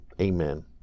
amen